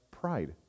pride